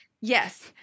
yes